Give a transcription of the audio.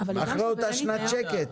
אחרי שנת שקט.